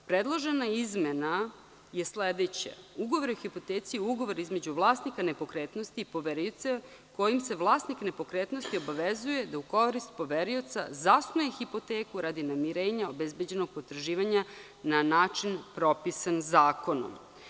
Predložena izmena je sledeća - ugovor o hipoteci je ugovor između vlasnika nepokretnosti i poverioca kojim se vlasnik nepokretnosti obavezuje da u korist poverioca zasnuje hipoteku radi namirenja obezbeđenog potraživanja, na način propisan zakonom.